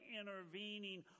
intervening